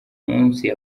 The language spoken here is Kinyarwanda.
munsi